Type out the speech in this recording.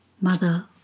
Mother